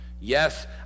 Yes